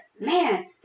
man